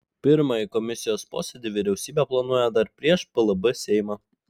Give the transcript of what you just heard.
pirmąjį komisijos posėdį vyriausybė planuoja dar prieš plb seimą